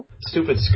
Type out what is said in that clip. stupid